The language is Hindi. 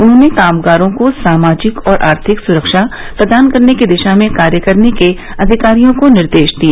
उन्होंने कामगारों को सामाजिक और आर्थिक सुरक्षा प्रदान करने की दिशा में कार्य करने के अधिकारियों को निर्देश दिए